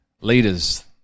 Leaders